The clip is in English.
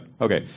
Okay